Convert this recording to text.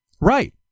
right